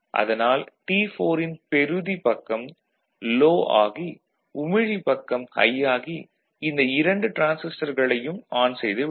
அதனால் T4 ன் பெறுதி பக்கம் லோ ஆகி உமிழி பக்கம் ஹை ஆகி இந்த இரண்டு டிரான்சிஸ்டர்களையும் ஆன் செய்து விடும்